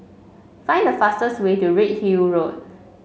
find the fastest way to Redhill Road